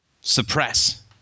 suppress